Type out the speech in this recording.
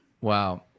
Wow